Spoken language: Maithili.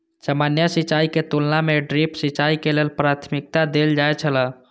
सामान्य सिंचाई के तुलना में ड्रिप सिंचाई के प्राथमिकता देल जाय छला